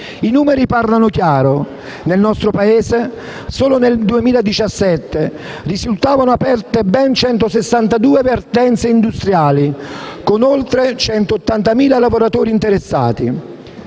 I numeri parlano chiaro: nel nostro Paese, solo nel 2017, risultavano aperte ben 162 vertenze industriali, con oltre 180.000 lavoratori interessati;